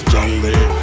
Jungle